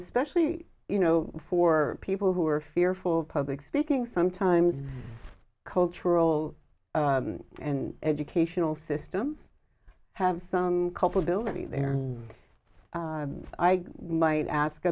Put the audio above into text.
especially you know for people who are fearful of public speaking sometimes cultural and educational system have some culpability there i might ask